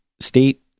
state